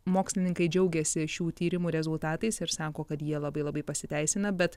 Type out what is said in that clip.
mokslininkai džiaugėsi šių tyrimų rezultatais ir sako kad jie labai labai pasiteisina bet